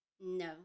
No